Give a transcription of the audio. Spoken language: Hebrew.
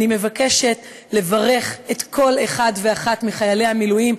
אני מבקשת לברך את כל אחד ואחת מחיילי המילואים,